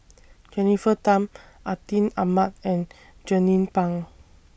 Jennifer Tham Atin Amat and Jernnine Pang